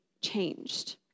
changed